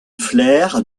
flair